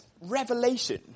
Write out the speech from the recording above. revelation